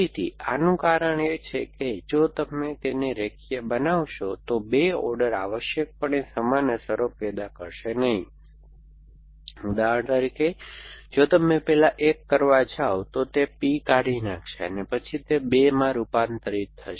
ફરીથી આનું કારણ એ છે કે જો તમે તેમને રેખીય બનાવશો તો 2 ઓર્ડર આવશ્યકપણે સમાન અસરો પેદા કરશે નહીં ઉદાહરણ તરીકે જો તમે પહેલા 1 કરવા જાવ તો તે P કાઢી નાખશે અને પછી તે 2 માં રૂપાંતરિત થશે